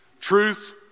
Truth